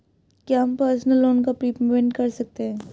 क्या हम personal loan का प्रीपेमेंट कर सकते हैं?